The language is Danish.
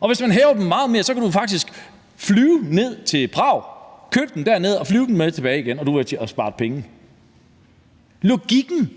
og hvis man hæver afgifterne meget mere, kan du faktisk flyve ned til Prag og købe cigaretterne dernede og flyve med dem tilbage igen og spare penge. Logikken